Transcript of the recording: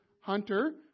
hunter